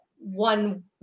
one